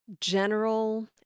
general